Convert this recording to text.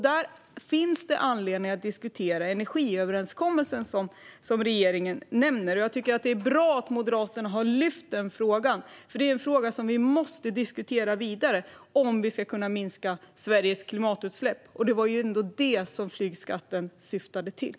Där finns det anledning att diskutera energiöverenskommelsen, som regeringen nämner. Det är bra att Moderaterna har lyft den frågan, för det är en fråga som vi måste diskutera vidare om vi ska kunna minska Sveriges klimatutsläpp - och det var ju ändå det som flygskatten syftade till.